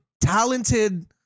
talented